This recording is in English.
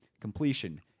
completion